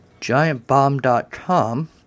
Giantbomb.com